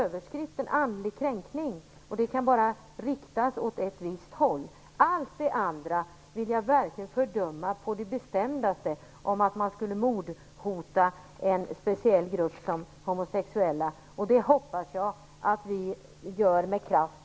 Andlig kränkning, och det kan bara riktas åt ett visst håll. Allt det andra, att man skulle mordhota en speciell grupp som homosexuella, vill jag verkligen på det bestämdaste fördöma. Det hoppas jag att vi alla gör med kraft.